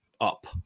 up